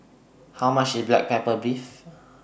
How much IS Black Pepper Beef